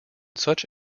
such